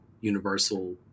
Universal